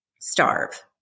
starve